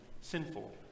sinful